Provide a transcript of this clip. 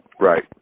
Right